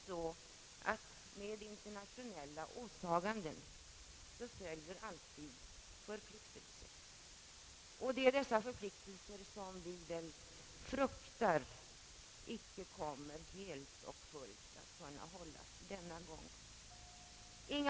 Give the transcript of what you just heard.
Med internationella åtaganden följer ju förpliktelser, och det är dessa förpliktelser som vi väl fruktar att vi inte helt och fullt kan infria denna gång.